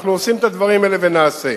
אנחנו עושים את הדברים האלה, ונעשה.